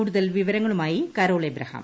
കൂടുതൽ വിവരങ്ങളുമായി കരോൾ എബ്രഹാം